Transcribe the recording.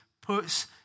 puts